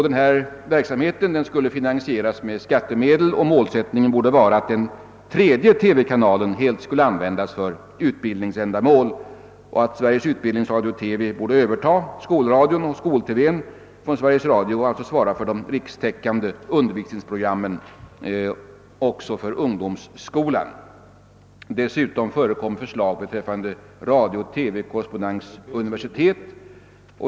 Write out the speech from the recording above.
Denna verksamhet skulle finansieras med skattemedel, och målsättningen borde vara att den tredje TV-kanalen helt skulle användas för utbildningsändamål samt att Sveriges utbildningsradio—TV = borde överta skolradion och skol-TV från Sveriges Radio och svara för de rikstäckande undervisningsprogrammen också för ungdomsskolan. Dessutom förekom förslag beträffande radiooch TV-korrespondensuniversitet.